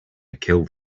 killed